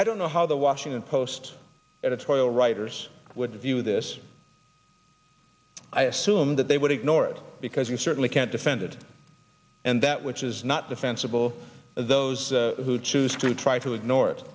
i don't know how the washington post editorial writers would view this i assume that they would ignore it because we certainly can't defend it and that which is not defensible as those who choose to try to ignore it